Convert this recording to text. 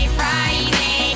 friday